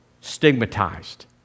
stigmatized